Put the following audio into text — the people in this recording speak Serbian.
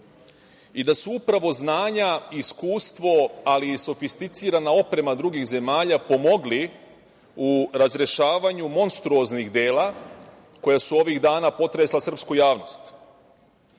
i da se upravo znanja i iskustvo, ali sofisticirana oprema drugih zemalja pomogli u razrešavanju monstruoznih dela koja su ovih dana potresla srpsku javnost. Dakle,